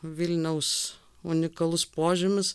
vilniaus unikalus požymis